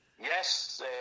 Yes